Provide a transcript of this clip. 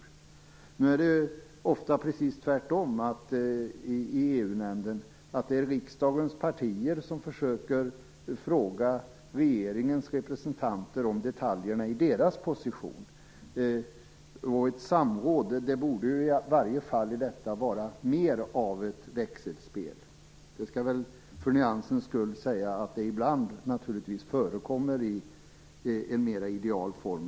Nu är det ofta precis tvärtom i EU nämnden. Det är riksdagens partier som försöker fråga regeringens representanter om detaljerna i deras position. Ett samråd borde ju i alla fall vara mer av ett växelspel. För nyansens skull skall jag säga att det ibland förekommer i en mer ideal form.